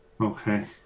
Okay